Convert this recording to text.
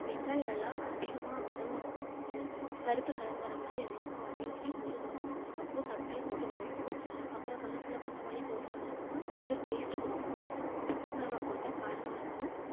வெங்காயம் நல்லா அதிகமாக வதங்கணும் இந்த கருப்பு கலர் வரமாதிரி அதிகமாக வதங்கி மொறு மொறுன்னு வந்ததுக்கப்புறம் தக்காளி போட்டு வதக்கணும் அப்புறம் கருவேப்புல கொத்தமல்லி போட்டு வதக்கினோன்னா கொஞ்சம் டேஸ்ட் கொடுக்கும் பச்சை மிளகாய் கொடுத்தா காரமாக இருக்கும்